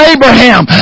Abraham